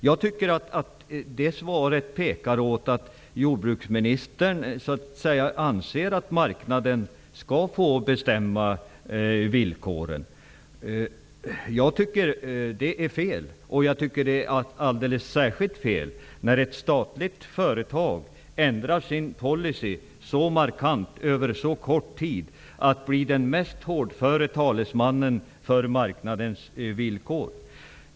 Svaret tyder på att jordbruksministern anser att marknaden skall få bestämma villkoren. Det är fel, särskilt när ett statligt företag på så kort tid ändrar sin policy markant och blir den mest hårdföra talesmannen för marknadmässiga villkor.